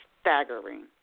staggering